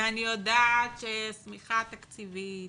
ואני יודעת יש שמיכה תקציבית